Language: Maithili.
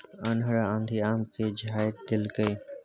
अन्हर आ आंधी आम के झाईर देलकैय?